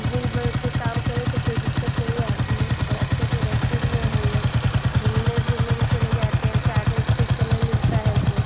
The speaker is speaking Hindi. मिल बाँट कर काम करें तो कोई दिक्कत नहीं आती है और अच्छे से रहते भी हैं हम लोग घूमने फिरने भी चले जाते हैं साथ में जैसे कुछ समय मिलता है तो